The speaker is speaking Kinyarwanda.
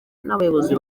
nabayobozi